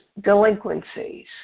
delinquencies